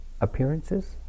Appearances